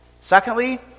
Secondly